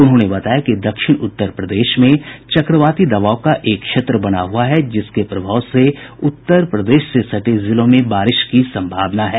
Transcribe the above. उन्होंने बताया कि दक्षिण उत्तर प्रदेश में चक्रवाती दबाव का एक क्षेत्र बना हुआ है जिसके प्रभाव से उत्तर प्रदेश से सटे जिलों में बारिश की सम्भावना है